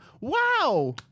wow